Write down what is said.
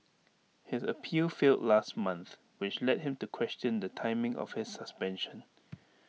his appeal failed last month which led him to question the timing of his suspension